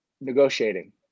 negotiating